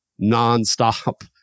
nonstop